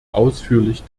ausführlich